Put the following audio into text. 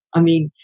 i mean,